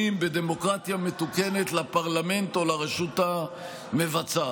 שבדמוקרטיה מתוקנת מסורים לפרלמנט או לרשות המבצעת.